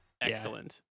excellent